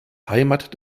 heimat